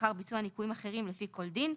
לאחר ביצוע ניכויים אחרים לפי כל דין,